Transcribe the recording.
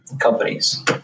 companies